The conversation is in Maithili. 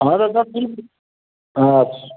ओना तऽ सब ठीक छै